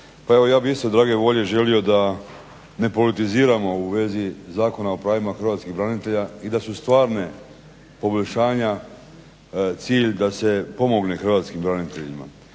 Pa evo ja bih isto drage volje želio da ne politiziramo u vezi Zakona o pravima hrvatskih branitelja i da su stvarna poboljšanja cilj da se pomogne hrvatskim braniteljima.